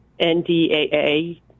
NDAA